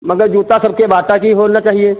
मगर जूता सबके बाटा की होना चाहिए